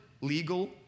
legal